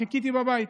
חיכיתי בבית.